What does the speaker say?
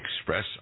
express